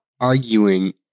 arguing